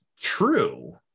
True